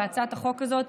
בהצעת החוק הזאת,